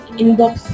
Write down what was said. inbox